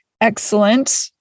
Excellent